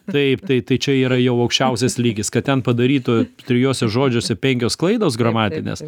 taip tai tai čia yra jau aukščiausias lygis kad ten padarytų trijuose žodžiuose penkios klaidos gramatinės